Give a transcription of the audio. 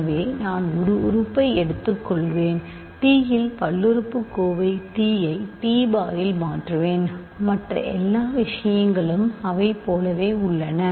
எனவே நான் ஒரு உறுப்பை எடுத்துக்கொள்வேன் t இல் பல்லுறுப்புக்கோவை t ஐ t பாரில் மாற்றுவேன் மற்ற எல்லா விஷயங்களும் அவை போலவே உள்ளன